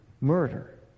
murder